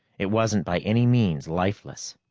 it wasn't by any means lifeless.